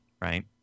right